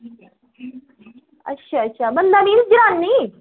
अच्छा अच्छा बंदा निं जनान्नी